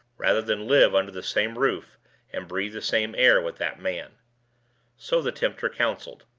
rather than live under the same roof and breathe the same air with that man so the tempter counseled.